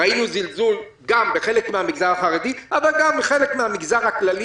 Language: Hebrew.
ראינו זלזול בחלק מהמגזר החרדי אבל גם בחלק מהמגזר הכללי,